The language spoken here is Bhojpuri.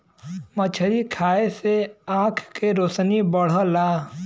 मछरी खाये से आँख के रोशनी बढ़ला